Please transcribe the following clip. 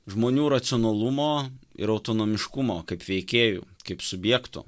žmonių racionalumo ir autonomiškumo kaip veikėjų kaip subjektų